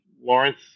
Lawrence